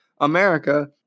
America